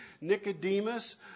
Nicodemus